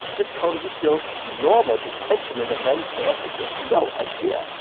this totally feels normal! the tension in a men's bathroom you have no idea.